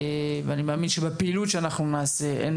ואני מאמין שבפעילות שאנחנו נעשה הן